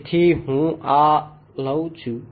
તેથી હું આ લઉં છું